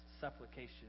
supplication